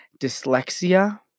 Dyslexia